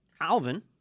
Alvin